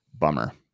bummer